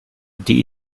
die